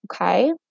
Okay